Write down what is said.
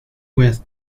with